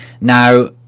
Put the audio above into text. Now